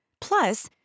Plus